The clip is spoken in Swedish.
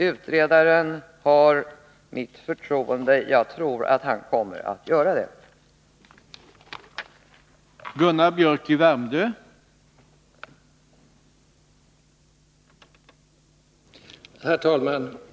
Utredaren har mitt förtroende, och jag tror att han kommer att arbeta på detta sätt.